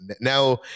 now